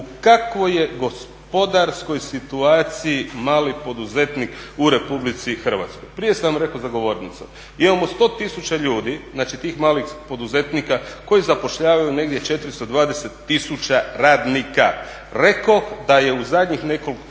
u kakvoj je gospodarskoj situaciji mali poduzetnik u Republici Hrvatskoj. Prije sam rekao za govornicom, imamo 100 tisuća ljudi, znači tih malih poduzetnika koji zapošljavaju negdje 420000 radnika. Rekoh da je u zadnjih nekoliko